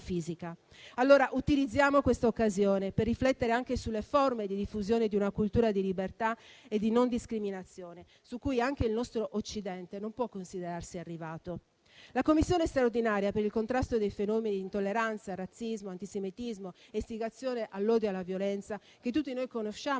allora, questa occasione per riflettere anche sulle forme di diffusione di una cultura di libertà e di non discriminazione, su cui anche il nostro Occidente non può considerarsi arrivato. La Commissione straordinaria per il contrasto dei fenomeni di intolleranza, razzismo, antisemitismo e istigazione all'odio e alla violenza, che tutti noi conosciamo